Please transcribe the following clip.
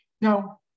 Now